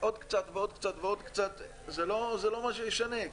קצת ועוד קצת, זה לא מה שישנה.